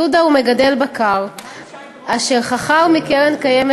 יהודה הוא מגדל בקר אשר חכר מקרן קיימת